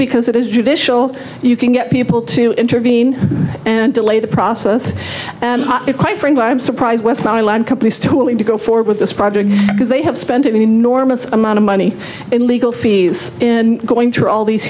because it is judicial you can get people to intervene and delay the process and quite frankly i'm surprised by land companies too willing to go forward with this project because they have spent an enormous amount of money in legal fees going through all these